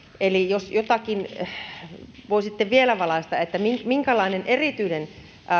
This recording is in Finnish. eli jos jotenkin voisitte vielä valaista että minkälainen erityinen